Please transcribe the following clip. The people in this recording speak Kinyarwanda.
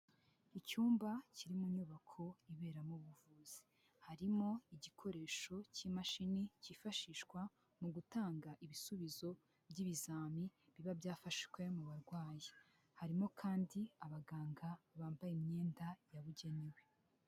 Icyumba kiri mu nyubako iberamo ubuvuzi, harimo igikoresho cy'imashini cyifashishwa mu gutanga ibisubizo by'ibizami biba byafashwe mu barwayi, harimo kandi abaganga bambaye imyenda yabugenewe.